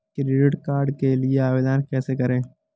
Credit card के लिए आवेदन कैसे करें?